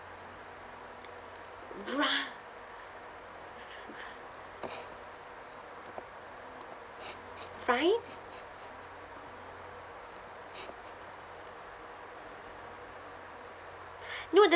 bra fine no the